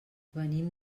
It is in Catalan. venim